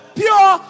pure